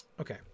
Okay